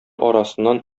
арасыннан